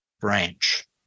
branch